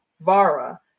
vara